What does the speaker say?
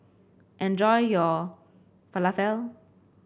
enjoy your Falafel